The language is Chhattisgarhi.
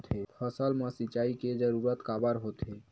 फसल मा सिंचाई के जरूरत काबर होथे?